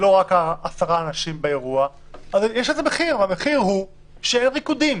הרי יש לזה מחיר והמחיר הוא שאין ריקודים,